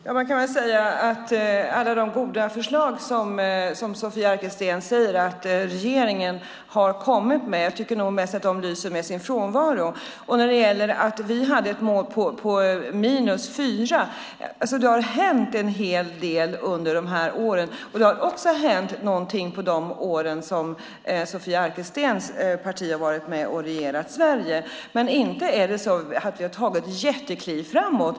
Fru talman! Jag tycker att alla de goda förslag som Sofia Arkelsten säger att regeringen har kommit med lyser med sin frånvaro. Sofia Arkelsten säger att vi hade ett mål på 4. Det har hänt en hel del under de här åren. Det har också hänt något under de år då Sofia Arkelstens parti har varit med och regerat Sverige. Men inte har vi tagit jättekliv framåt.